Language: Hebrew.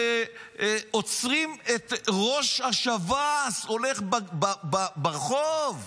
עוצרים את ראש השב"ס שהולך ברחוב.